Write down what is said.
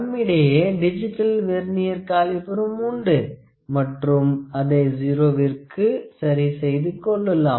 நம்மிடையே digital vernier காலிப்பரும் உண்டு மற்றும் அதை 0 விற்கு சரி செய்து கொள்ளலாம்